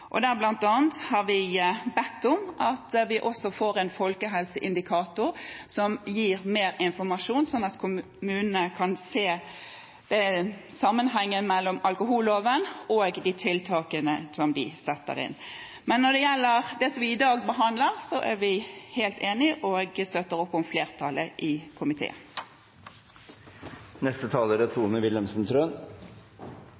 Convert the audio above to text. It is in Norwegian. har bl.a. bedt om at vi også får en folkehelseindikator som gir mer informasjon, sånn at kommunene kan se sammenhengen mellom alkoholloven og de tiltakene som de setter inn. Men når det gjelder det som vi i dag behandler, er vi helt enige og støtter opp om flertallet i komiteen.